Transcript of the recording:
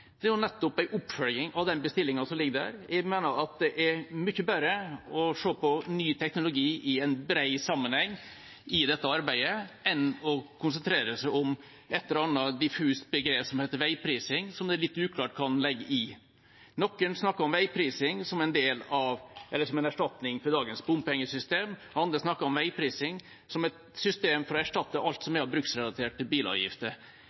Det er nettopp en oppfølging av den bestillingen som ligger der. Jeg mener det i dette arbeidet er mye bedre å se på ny teknologi i en bred sammenheng, enn å konsentrere seg om et eller annet diffust begrep som heter «veiprising», som det er litt uklart hva en legger i. Noen snakker om veiprising som en erstatning for dagens bompengesystem. Andre snakker om veiprising som et system for å erstatte alt som er av bruksrelaterte bilavgifter.